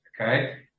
Okay